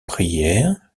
prières